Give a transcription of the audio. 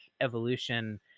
evolution